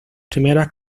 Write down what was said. primeras